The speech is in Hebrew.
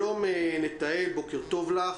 שלום נטעאל, בוקר טוב לך.